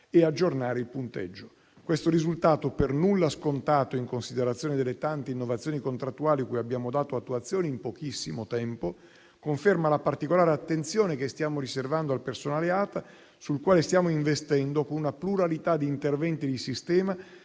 e aggiornare il punteggio. Questo risultato, per nulla scontato in considerazione delle tante innovazioni contrattuali cui abbiamo dato attuazione in pochissimo tempo, conferma la particolare attenzione che stiamo riservando al personale ATA, sul quale stiamo investendo con una pluralità di interventi di sistema,